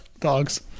dogs